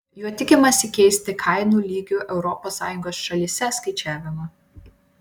juo tikimasi keisti kainų lygių europos sąjungos šalyse skaičiavimą